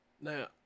Now